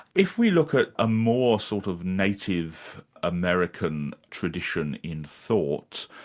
if we look at a more sort of native american tradition in thought,